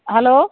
hello